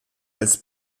als